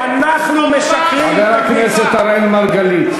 חבר הכנסת אראל מרגלית,